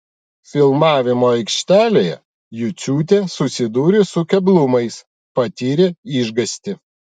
filmavimo aikštelėje juciūtė susidūrė su keblumais patyrė išgąstį